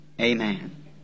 amen